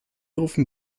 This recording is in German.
rufen